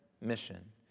mission